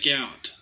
out